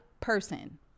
person